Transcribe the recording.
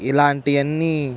ఇలాంటివి అన్ని